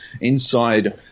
inside